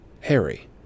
Harry